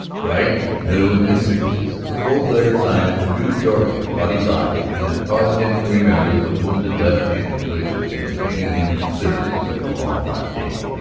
bright and new and conspicuous, a gold-lettered sign at struve's doorway caught his eye and caused him to remember the wounded left hand which had been paining him considerably through the long hot day.